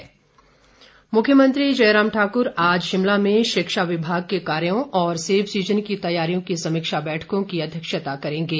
जयराम इस बीच मुख्यमंत्री जय राम ठाकुर आज शिमला में शिक्षा विभाग के कार्यों और सेब सीजन की तैयारियों की समीक्षा बैठकों की अध्यक्षता करेंगे